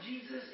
Jesus